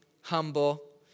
humble